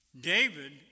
David